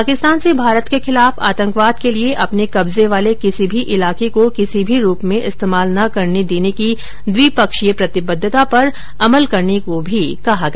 पाकिस्तान से भारत के र्खिलाफ आतंकवाद के लिए अपने कब्जे वाले किसी भी इलाके को किसी भी रूप में इस्तेमाल न करने देने की द्विपक्षीय प्रतिबद्धता पर अमल करने को भी कहा गया